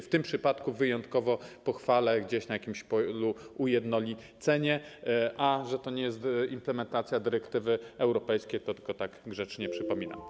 W tym przypadku wyjątkowo pochwalę gdzieś na jakimś polu ujednolicenie, a że to nie jest implementacja dyrektywy europejskiej, to tylko tak grzecznie przypominam.